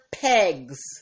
pegs